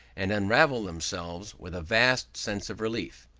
and unravel themselves with a vast sense of relief.